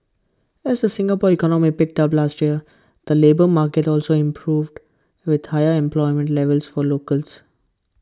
as the Singapore economy picked up last year the labour market also improved with higher employment levels for locals